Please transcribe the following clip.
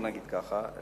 בואו נגיד כך,